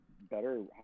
better